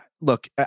look